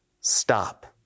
stop